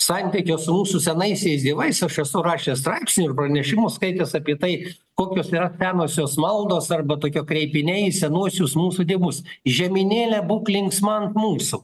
santykio su mūsų senaisiais dievais aš esu rašęs straipsnį ir pranešimų skaitęs apie tai kokios yra senosios maldos arba tokie kreipiniai į senuosius mūsų dievus žeminėle būk linksma an mūsų